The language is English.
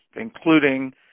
including